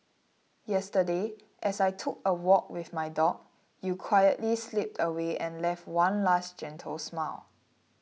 yesterday as I took a walk with my dog you quietly slipped away and left one last gentle smile